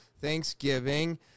Thanksgiving